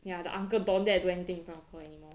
ya the uncle don't dare to do anything in front of her anymore